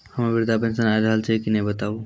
हमर वृद्धा पेंशन आय रहल छै कि नैय बताबू?